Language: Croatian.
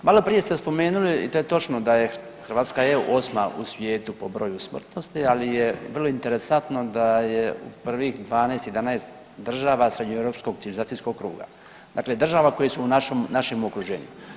Maloprije ste spomenuli i to je točno da je, Hrvatska je 8. u svijetu po broju smrtnosti, ali je vrlo interesantno da je u prvih 12-11 država srednjoeuropskog civilizacijskog kruga, dakle država koje su u našem, našem okruženju.